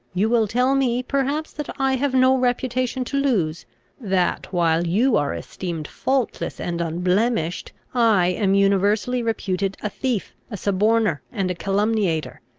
you will tell me perhaps that i have no reputation to lose that, while you are esteemed faultless and unblemished, i am universally reputed a thief, a suborner, and a calumniator.